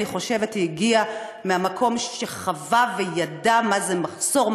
אני חושבת שהיא הגיעה מהמקום שחווה וידע מה זה מחסור,